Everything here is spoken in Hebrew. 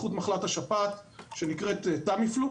התפתחות מחלת השפעת ונקראת טמיפלו,